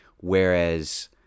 Whereas